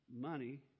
money